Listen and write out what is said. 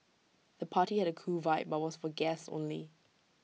the party had A cool vibe but was for guests only